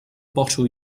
bottle